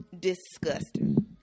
Disgusting